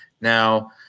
now